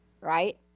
right